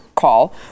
call